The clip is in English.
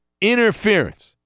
interference